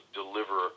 deliver